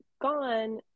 gone